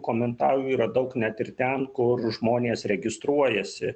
komentarų yra daug net ir ten kur žmonės registruojasi